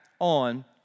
on